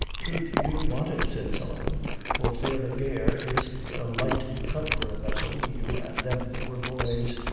troth you do want it, said sullivan for fareer gair, it's the light coverin' that's over you an' them, poor boys.